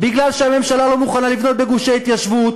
מפני שהממשלה לא מוכנה לבנות בגושי ההתיישבות,